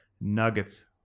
nuggets